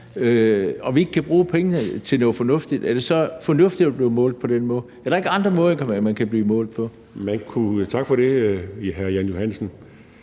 og vi ikke kan bruge pengene til noget fornuftigt, er det så fornuftigt at blive målt på den måde? Er der ikke andre måder, man kan blive målt på? Kl. 13:30 Lars